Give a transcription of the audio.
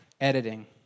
editing